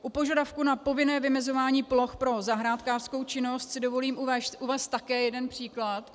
U požadavku na povinné vymezování ploch pro zahrádkářskou činnost si dovolím uvést také jeden příklad.